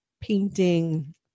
painting